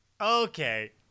Okay